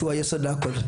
שהוא היסוד להכול.